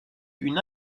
une